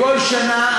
בכל שנה,